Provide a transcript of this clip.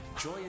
Joy